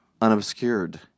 unobscured